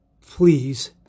Please